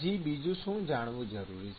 હજી બીજું શું જાણવું જરૂરી છે